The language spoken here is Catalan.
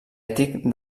ètic